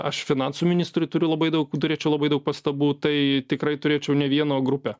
aš finansų ministrui turiu labai daug turėčiau labai daug pastabų tai tikrai turėčiau ne vieno grupę